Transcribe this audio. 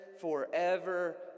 forever